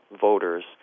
voters